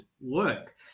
work